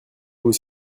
vous